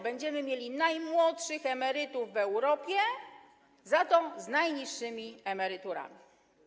Będziemy mieli najmłodszych emerytów w Europie, za to z najniższymi emeryturami.